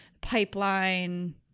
Pipeline